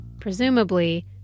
presumably